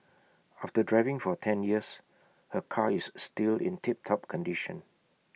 after driving for ten years her car is still in tiptop condition